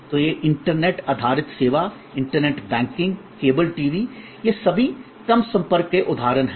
तो ये इंटरनेट आधारित सेवा इंटरनेट बैंकिंग केबल टीवी ये सभी कम संपर्क के उदाहरण हैं